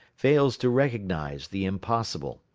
fails to recognize the impossible,